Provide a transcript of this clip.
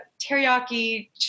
teriyaki